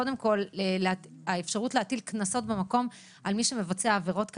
קודם כול האפשרות להטיל קנסות במקום על מי שמבצע עבירות כאלה.